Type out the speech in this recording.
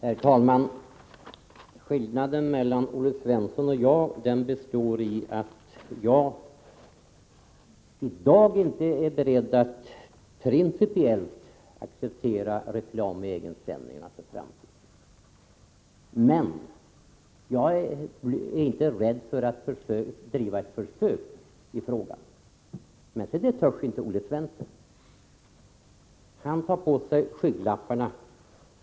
Herr talman! Skillnaden mellan Olle Svensson och mig består i att jag i dag inte är beredd att principiellt acceptera reklam i egensändningarna för framtiden. Men jag är inte rädd att göra ett försök. Men det törs inte Olle Svensson. Han tar på sig skygglapparna.